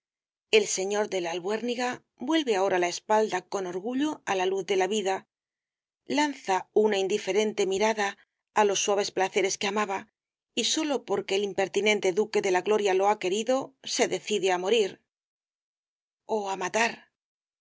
el señor de la albuérniga vuelve ahora la espalda con orgullo á la luz de la vida lanza una indiferente mirada á los suaves píael caballero de las botas azules i ceres que amaba y sólo porque el impertinente duque de la gloria lo ha querido se decide á morir o á matar